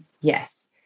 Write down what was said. Yes